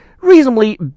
reasonably